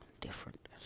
different